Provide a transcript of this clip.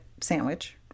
sandwich